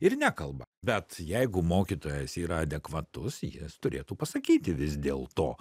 ir nekalba bet jeigu mokytojas yra adekvatus jis turėtų pasakyti vis dėl to